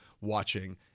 watching